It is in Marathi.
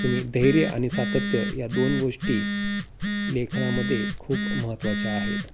तुम्ही धैर्य आणि सातत्य या दोन गोष्टी लेखनामध्ये खूप महत्त्वाच्या आहेत